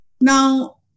Now